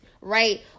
right